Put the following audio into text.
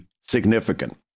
significant